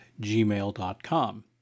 gmail.com